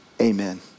Amen